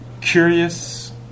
curious